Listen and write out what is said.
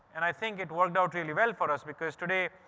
and i think it worked out really well for us because today,